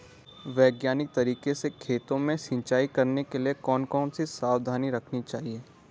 वैज्ञानिक तरीके से खेतों में सिंचाई करने के लिए कौन कौन सी सावधानी रखनी चाहिए?